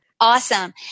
Awesome